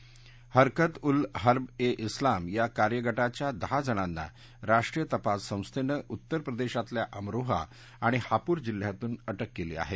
हरकत उल हर्ब ए उलाम या कार्यगटाच्या दहा जणांना राष्ट्रीय तपास संस्थेनं उत्तरप्रदेशातल्या अमरोहा आणि हापूर जिल्ह्यातून अटक केली आहे